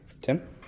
Tim